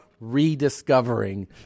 rediscovering